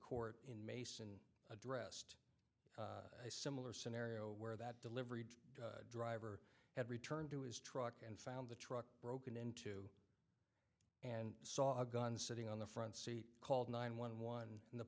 court in mason addressed a similar scenario where that delivery driver had returned to his truck and found the truck broken into and saw a gun sitting on the front seat called nine one one and the